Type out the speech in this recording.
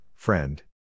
Friend